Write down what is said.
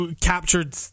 captured